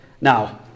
Now